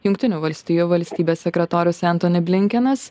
jungtinių valstijų valstybės sekretorius entoni blinkenas